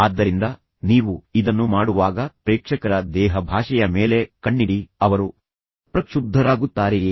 ಆದ್ದರಿಂದ ನೀವು ಇದನ್ನು ಮಾಡುವಾಗ ಪ್ರೇಕ್ಷಕರ ದೇಹ ಭಾಷೆಯ ಮೇಲೆ ಕಣ್ಣಿಡಿ ಅವರು ಪ್ರಕ್ಷುಬ್ಧರಾಗುತ್ತಾರೆಯೇ